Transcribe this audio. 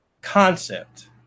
concept